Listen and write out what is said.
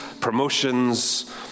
promotions